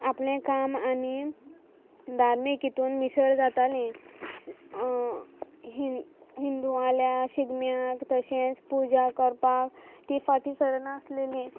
आपलें काम आनी धार्मीक हितून मिसळ जातालीं हिं हिंदुआल्या शिगम्याक तशेंच पुजा कोरपाक तीं फाटीं सर नासलेलीं